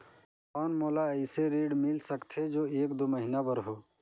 कौन मोला अइसे ऋण मिल सकथे जो एक दो महीना बर हो?